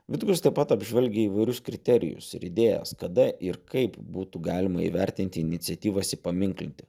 vitkus taip pat apžvelgia įvairius kriterijus ir idėjas kada ir kaip būtų galima įvertinti iniciatyvas įpaminklinti